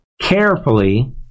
carefully